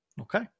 Okay